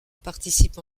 participe